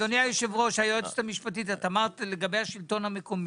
היועצת המשפטית, אמרת לגבי השלטון המקומי.